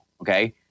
okay